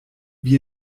wie